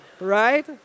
right